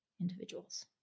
individuals